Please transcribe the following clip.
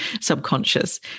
subconscious